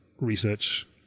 research